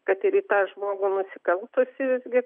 kad ir į tą žmogų nusikaltusį visgi